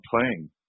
playing